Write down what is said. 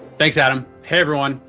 thanks adam, hey everyone.